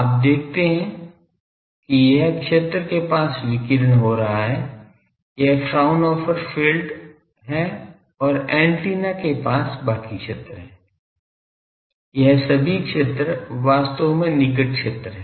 आप देखते हैं कि यह क्षेत्र के पास विकीर्ण हो रहा है यह फ्राउनहोफर फील्ड है और एंटीना के पास बाकी क्षेत्र है यह सभी क्षेत्र वास्तव में निकट क्षेत्र है